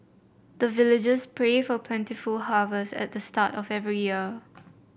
the villagers pray for plentiful harvest at the start of every year